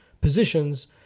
positions